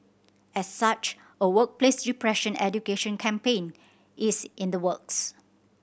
as such a workplace depression education campaign is in the works